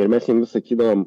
ir mes jiem sakydavom